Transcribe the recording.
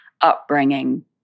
upbringing